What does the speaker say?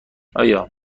آیا